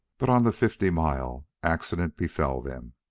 but on the fifty mile accident befell them.